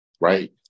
right